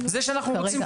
זה שאנחנו רוצים,